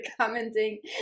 Commenting